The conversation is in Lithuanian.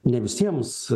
ne visiems